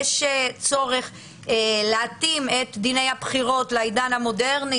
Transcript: יש צורך להתאים את דיני הבחירות לעידן המודרני,